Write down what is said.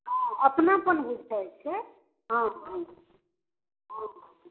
हँ अपनापन बुझाइत छै हँ हँ हँ